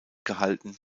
gehalten